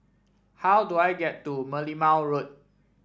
how do I get to Merlimau Road